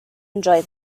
enjoy